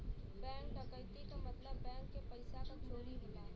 bank डकैती क मतलब बैंक के पइसा क चोरी होला